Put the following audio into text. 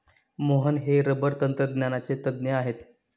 मोहन हे रबर तंत्रज्ञानाचे तज्ज्ञ आहेत